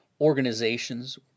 organizations